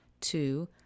Two